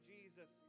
Jesus